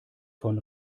von